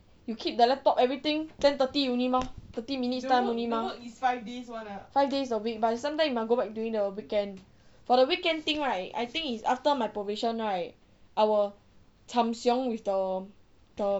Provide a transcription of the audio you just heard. you keep the laptop everything ten thirty only mah thirty minutes time only mah five days a week but sometimes you must go back during the weekend for the weekend thing right I think is after my probation right I wil cham siong with the the